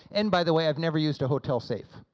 and by the way i've never used a hotel safe,